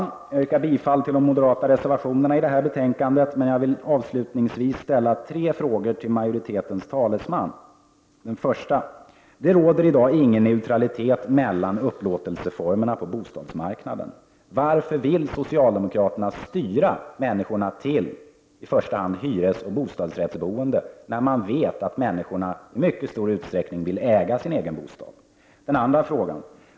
Jag yrkar bifall till de moderata reservationerna i detta betänkande. Men jag vill avslutningsvis ställa tre frågor till majoritetens talesman. Det råder i dag ingen neutralitet mellan upplåtelseformerna på bostadsmarknaden. Varför vill socialdemokraterna styra människorna till i första hand hyresoch bostadsrättsboende, när de vet att människor i mycket stor utsträckning vill äga sin bostad?